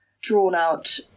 drawn-out